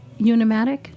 Unimatic